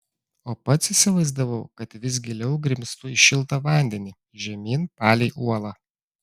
o pats įsivaizdavau kad vis giliau grimztu į šiltą vandenį žemyn palei uolą